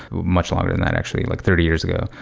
much longer than that actually, like thirty years ago.